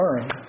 learn